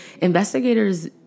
investigators